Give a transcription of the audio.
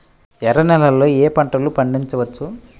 ఎర్ర నేలలలో ఏయే పంటలు పండించవచ్చు?